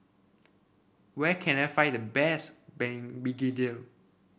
where can I find the best Ban Begedil